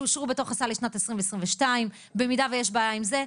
שאושרו בתוך הסל לשנת 2022. במידה ויש בעיה עם זה,